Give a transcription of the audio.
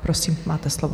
Prosím, máte slovo.